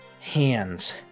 hands